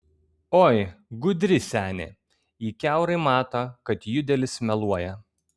oi gudri senė ji kiaurai mato kad judelis meluoja